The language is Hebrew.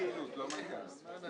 מרכז פעילות, לא מנכ"ל.